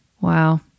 wow